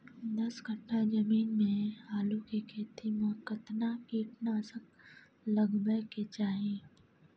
दस कट्ठा जमीन में आलू के खेती म केतना कीट नासक लगबै के चाही?